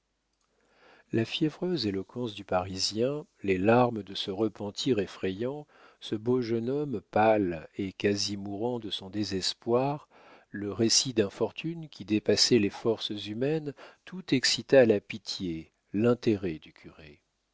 la fiévreuse éloquence du parisien les larmes de ce repentir effrayant ce beau jeune homme pâle et quasi mourant de son désespoir le récit d'infortunes qui dépassaient les forces humaines tout excita la pitié l'intérêt du curé